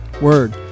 Word